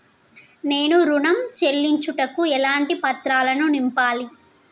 నేను ఋణం చెల్లించుటకు ఎలాంటి పత్రాలను నింపాలి?